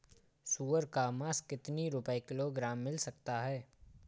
सुअर का मांस कितनी रुपय किलोग्राम मिल सकता है?